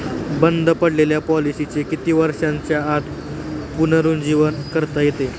बंद पडलेल्या पॉलिसीचे किती वर्षांच्या आत पुनरुज्जीवन करता येते?